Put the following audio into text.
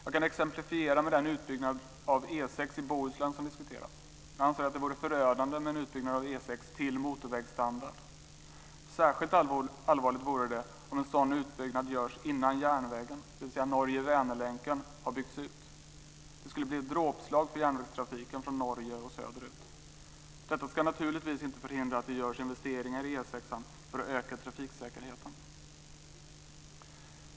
Jag kan exemplifiera med den utbyggnad av E 6 i Bohuslän som diskuteras. Jag anser att det vore förödande med en utbyggnad av E 6 till motorvägsstandard. Särskilt allvarligt vore det om en sådan utbyggnad görs innan järnvägen, dvs. Norge-Vänerlänken, har byggts ut. Det skulle bli ett dråpslag för järnvägstrafiken från Norge och söderut. Detta ska naturligtvis inte förhindra att det görs investeringar i E 6:an för att öka trafiksäkerheten.